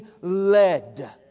led